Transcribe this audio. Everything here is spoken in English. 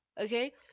Okay